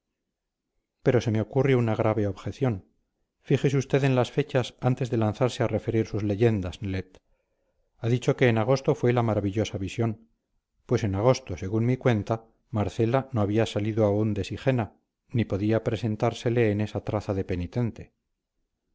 pero se me ocurre una grave objeción fíjese usted en las fechas antes de lanzarse a referir sus leyendas nelet ha dicho que en agosto fue la maravillosa visión pues en agosto según mi cuenta marcela no había salido aún de sigena ni podía presentársele en esa traza de penitente